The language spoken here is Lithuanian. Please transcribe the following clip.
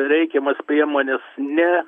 reikiamas priemones ne